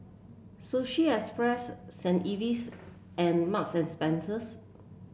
Sushi Express Saint Ives and Marks and Spencer